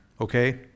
Okay